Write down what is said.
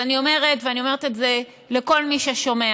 אז אני אומרת, ואני אומרת את זה לכל מי ששומע: